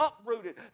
uprooted